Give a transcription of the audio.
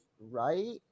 right